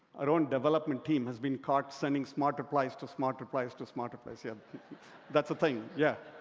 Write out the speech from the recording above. our own development team has been caught sending smart replies to smart replies to smart replies. yeah that's a thing, yeah.